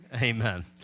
amen